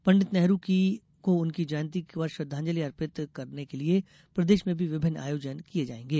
पंडित नेहरू को उनकी जयंती पर श्रद्दांजली अर्पित करने के लिए प्रदेश में भी विभिन्न आयोजन किये जायेंगे